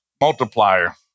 multiplier